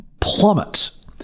plummets